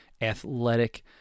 athletic